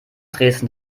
dresden